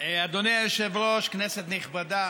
אדוני היושב-ראש, כנסת נכבדה,